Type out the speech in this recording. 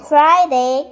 Friday